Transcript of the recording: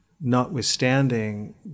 notwithstanding